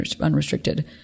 unrestricted